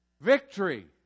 Victory